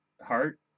Heart